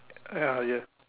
ya ya